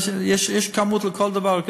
יש כמות לכל דבר.